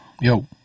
Yo